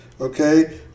Okay